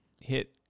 hit